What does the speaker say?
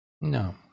no